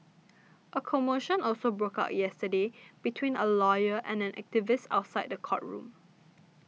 a commotion also broke out yesterday between a lawyer and an activist outside the courtroom